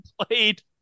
played